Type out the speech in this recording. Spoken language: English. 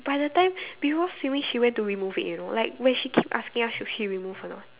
by the time before swimming she went to remove it you know when she keep asking us should she remove or not